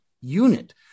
unit